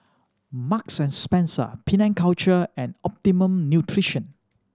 Marks and Spencer Penang Culture and Optimum Nutrition